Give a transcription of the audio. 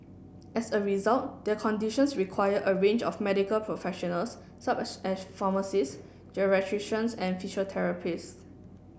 as a result their conditions require a range of medical professionals such as pharmacists geriatricians and physiotherapists